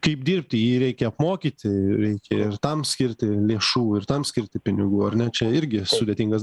kaip dirbti jį reikia apmokyti reikia ir tam skirti lėšų ir tam skirti pinigų ar ne čia irgi sudėtingas